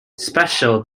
special